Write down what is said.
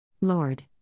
Lord